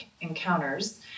encounters